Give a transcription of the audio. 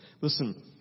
listen